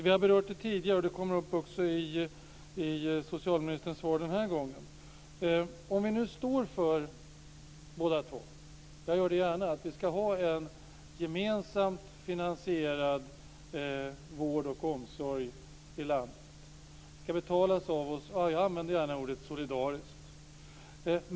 Vi har berört det tidigare, och det kommer upp i socialministerns svar även den här gången. Vi står båda två - jag gör det gärna - för att vi ska ha en gemensamt finansierad vård och omsorg i landet. Den ska betalas av oss - jag använder gärna det ordet - solidariskt.